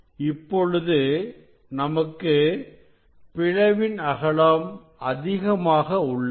இப்பொழுது நமக்கு பிளவின் அகலம் அதிகமாக உள்ளது